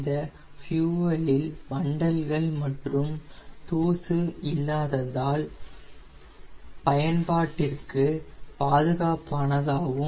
இந்த ஃபியூயலில்fuel0 வண்டல்கள் மற்றும் தூசு இல்லாததால் பயன்பாடிர்க்கு பாதுகாப்பானதாகும்